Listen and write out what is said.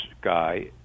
guy